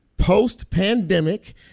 Post-pandemic